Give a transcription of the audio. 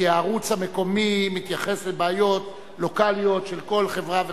כי הערוץ המקומי מתייחס לבעיות לוקליות של כל חברה וחברה,